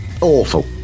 awful